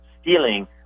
stealing